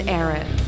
Aaron